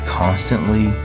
constantly